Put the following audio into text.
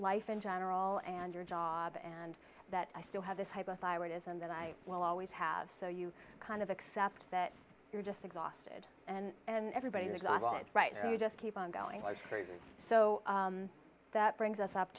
life in general and your job and that i still have this hypothyroidism that i will always have so you kind of accept that you're just exhausted and everybody is right you just keep on going so that brings us up